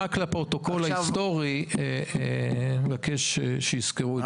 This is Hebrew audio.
רק לפרוטוקול ההיסטורי, אני מבקש שיזכרו את זה.